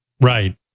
Right